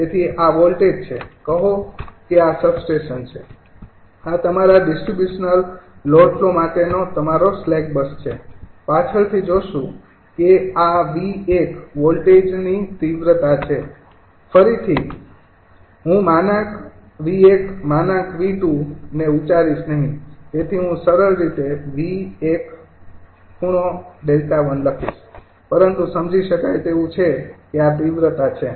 તેથી આ વોલ્ટેજ છે કહો કે આ સબસ્ટેશન છે આ તમારા ડિસ્ટ્રિબ્યુશનલ લોડ ફ્લો માટેનો તમારો સ્લેક બસ છે પાછળથી જોશું આ |𝑉૧| વોલ્ટેજની તીવ્રતા છે ફરીથી હું માનાંક 𝑉૧ માનાંક 𝑉૨ ને ઉચ્ચારીશ નહીં તેથી હું સરળ |𝑉૧|∠𝛿૧ લખીશ પરંતુ સમજી શકાય તેવું છે કે આ તીવ્રતા છે